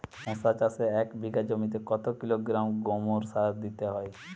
শশা চাষে এক বিঘে জমিতে কত কিলোগ্রাম গোমোর সার দিতে হয়?